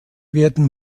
werden